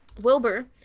Wilbur